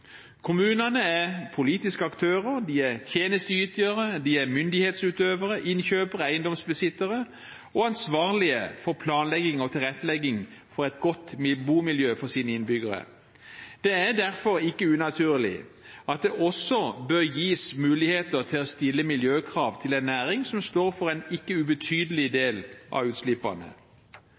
Kommunene er politiske aktører, tjenesteytere, myndighetsutøvere, innkjøpere, eiendomsbesittere og ansvarlige for planlegging og tilrettelegging for et godt bomiljø for sine innbyggere. Det er derfor ikke unaturlig at det også bør gis muligheter til å stille miljøkrav til en næring som står for en ikke ubetydelig del av utslippene.